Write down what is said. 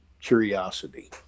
curiosity